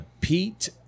Pete